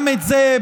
גם את זה,